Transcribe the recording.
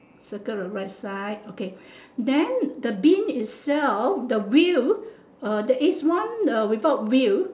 circle the right side okay then the bin itself the wheel there is one without wheel